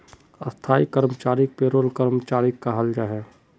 स्थाई कर्मचारीक पेरोल कर्मचारी कहाल जाहा